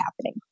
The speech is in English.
happening